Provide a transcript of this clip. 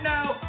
Now